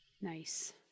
Nice